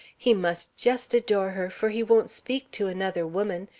he must just adore her, for he won't speak to another woman,